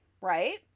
right